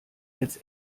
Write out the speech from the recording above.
jetzt